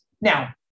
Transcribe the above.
Now